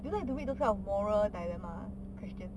you know you have to read those kind of moral dilemma questions